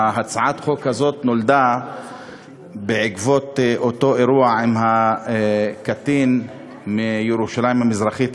הצעת החוק הזאת נולדה בעקבות אותו אירוע עם הקטין מירושלים המזרחית,